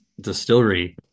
distillery